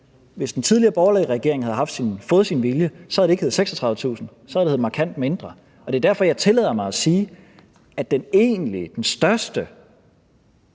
Hvis den tidligere, borgerlige regering havde fået sin vilje, havde det ikke været 36.000 kr. Så havde det været markant mindre. Og det er derfor, jeg tillader mig at sige, at det største